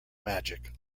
magic